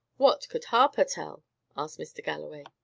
what could harper tell asked mr. galloway.